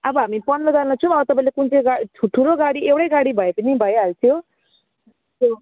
अब हामी पन्ध्रजना छौँ अब तपाईँले कुन चाहिँ गा ठुलो गाडी एउटै गाडी भए पनि भइहाल्थ्यो